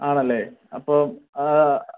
ആണല്ലെ അപ്പോൾ